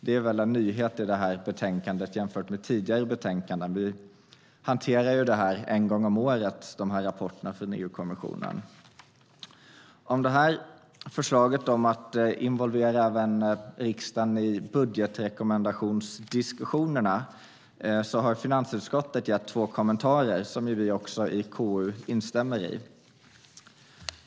Det är en nyhet i det här betänkandet jämfört med tidigare betänkanden. Vi hanterar ju de här rapporterna från EU-kommissionen en gång om året. Finansutskottet har lämnat två kommentarer till det här förslaget att involvera riksdagen även i budgetrekommendationsdiskussioner, och vi i KU instämmer i dessa.